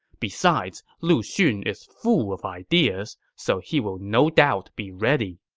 besides, lu xun is full of ideas, so he will no doubt be ready.